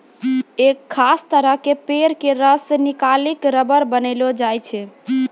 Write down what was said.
एक खास तरह के पेड़ के रस निकालिकॅ रबर बनैलो जाय छै